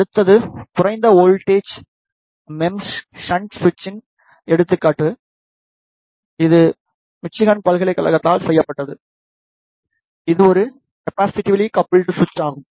அடுத்தது குறைந்த voltage MEMS shunt சுவிட்சின் எடுத்துக்காட்டு இது மிச்சிகன் பல்கலைக்கழகத்தால் செய்யப்பட்டது இது ஒரு கெபாசிட்டீவ்ல்லி கப்ல்டு சுவிட்ச் ஆகும்